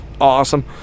awesome